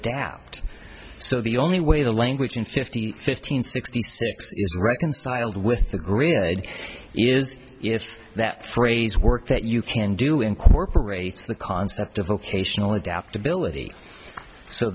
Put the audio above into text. pt so the only way the language in fifty fifty and sixty six is reconciled with the grid is if that phrase work that you can do incorporates the concept of vocational adaptability so